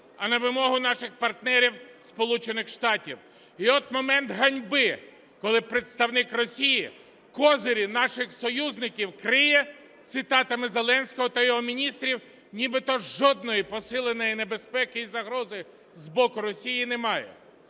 а на вимогу наших партнерів – Сполучених Штатів. І от момент ганьби, коли представник Росії козирі наших союзників криє цитатами Зеленського та його міністрів, нібито жодної посиленої небезпеки і загрози з боку Росії немає.